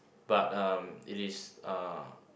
but uh it is uh